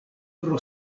pro